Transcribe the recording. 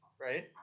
Right